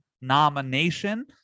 nomination